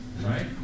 right